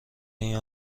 این